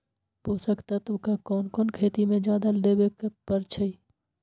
पोषक तत्व क कौन कौन खेती म जादा देवे क परईछी?